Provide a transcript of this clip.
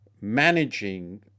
managing